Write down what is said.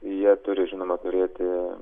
jie turi žinoma turėti